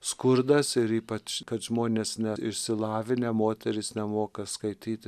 skurdas ir ypač kad žmonės neišsilavinę moterys nemoka skaityti